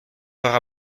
heures